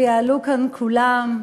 ויעלו כאן כולם,